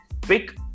pick